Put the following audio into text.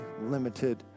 limited